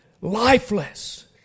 lifeless